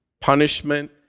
punishment